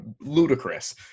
ludicrous